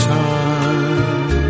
time